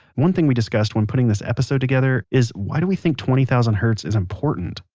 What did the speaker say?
one thing we discussed when putting this episode together is why do we think twenty thousand hertz is important?